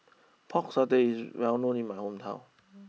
Pork Satay is well known in my hometown